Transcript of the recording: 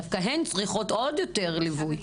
דווקא הן צריכות עוד יותר ליווי.